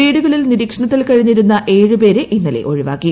വീടുകളിൽ നിരീക്ഷണത്തിൽ കഴിഞ്ഞിരുന്ന ഏഴുപേരെ ഇന്നലെ ഒഴിവാക്കി